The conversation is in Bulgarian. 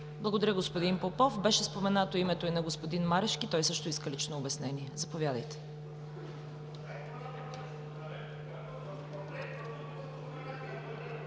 Благодаря, господин Попов. Беше споменато името и на господин Марешки. Той също иска лично обяснение. Заповядайте.